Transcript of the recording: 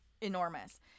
enormous